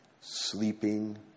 sleeping